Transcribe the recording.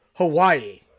Hawaii